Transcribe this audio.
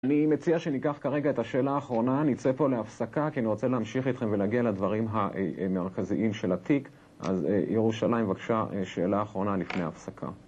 אני מציע שניקח כרגע את השאלה האחרונה, נצא פה להפסקה כי אני רוצה להמשיך איתכם ולהגיע לדברים המרכזיים של התיק, אז ירושלים בבקשה, שאלה אחרונה לפני הפסקה.